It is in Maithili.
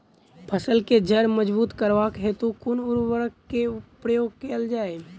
फसल केँ जड़ मजबूत करबाक हेतु कुन उर्वरक केँ प्रयोग कैल जाय?